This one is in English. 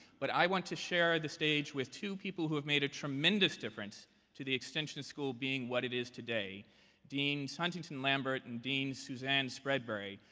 but i want to share the stage with two people who have made a tremendous difference to the extension school being what it is today dean huntington lambert and dean suzanne spreadbury,